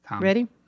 Ready